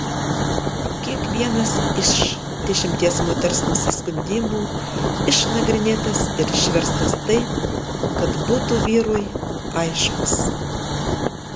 kiekvienas iš dešimties moters nusiskundimų išnagrinėtas ir išverstas taip kad būtų vyrui aiškus